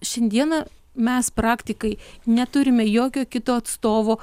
šiandieną mes praktikai neturime jokio kito atstovo